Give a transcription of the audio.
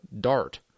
DART